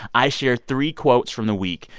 i share three quotes from the week.